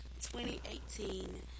2018